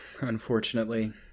unfortunately